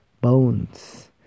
bones